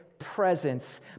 presence